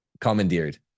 commandeered